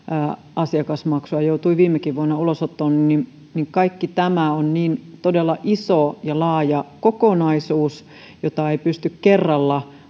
asiakasmaksua joutui viimekin vuonna ulosottoon kaikki tämä on todella niin iso ja laaja kokonaisuus jota ei pysty kerralla